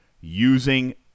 using